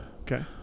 Okay